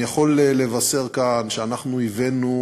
אני יכול לבשר כאן שאנחנו הבאנו,